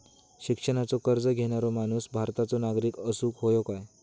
शिक्षणाचो कर्ज घेणारो माणूस भारताचो नागरिक असूक हवो काय?